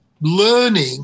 learning